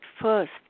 first